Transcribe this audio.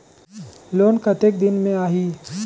Loan कतेक दिन मे आही?